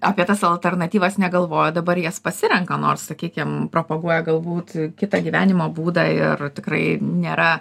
apie tas alternatyvas negalvojo dabar jas pasirenka nors sakykim propaguoja galbūt kitą gyvenimo būdą ir tikrai nėra